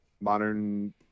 modern